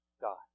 God